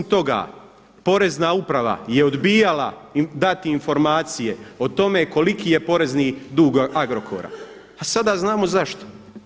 Osim toga, Porezna uprava je odbijala dati informacije o tome koliki je porezni dug Agrokora, a sada znamo zašto.